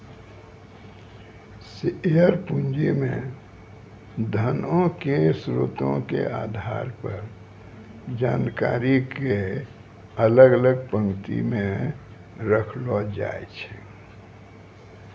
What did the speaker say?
share पूंजी मे धनो के स्रोतो के आधार पर जानकारी के अलग अलग पंक्ति मे रखलो जाय छै